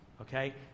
Okay